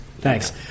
Thanks